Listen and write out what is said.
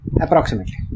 approximately